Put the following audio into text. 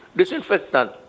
disinfectant